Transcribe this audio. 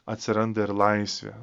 atsiranda ir laisvė